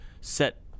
set